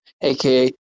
aka